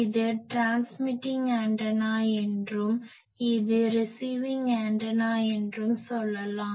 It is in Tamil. இது ட்ரான்ஸ்மிட்டிங் ஆண்டனா என்றும் இது ரிசிவிங் ஆண்டனா என்றும் சொல்லலாம்